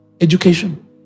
Education